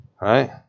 right